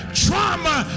trauma